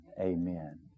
amen